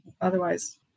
otherwise